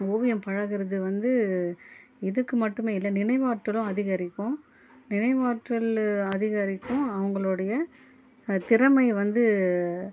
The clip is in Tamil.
ஓவியம் பழகிறது வந்து இதுக்கு மட்டுமே இல்லை நினைவாற்றலும் அதிகரிக்கும் நினைவாற்றல் அதிகரிக்கும் அவங்களுடைய திறமை வந்து